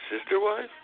Sister-wife